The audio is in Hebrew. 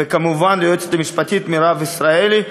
וכמובן ליועצת המשפטית מירב ישראלי,